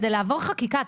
כדי לעבור חקיקה,